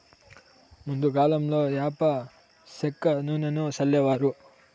ముందు కాలంలో యాప సెక్క నూనెను సల్లేవారు